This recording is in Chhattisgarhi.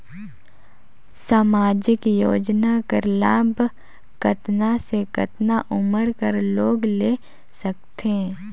समाजिक योजना कर लाभ कतना से कतना उमर कर लोग ले सकथे?